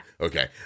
Okay